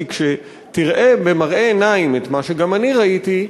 כי כשתראה במראה עיניים את מה שגם אני ראיתי,